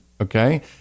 okay